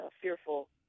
fearful